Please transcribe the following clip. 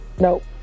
nope